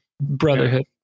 brotherhood